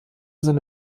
seine